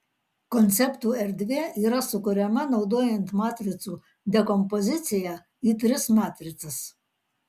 konceptų erdvė yra sukuriama naudojant matricų dekompoziciją į tris matricas